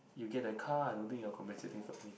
you get that car I don't think you are compensating for any